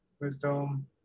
wisdom